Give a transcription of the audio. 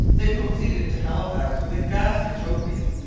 they proceeded to halifax with the ghastly trophies,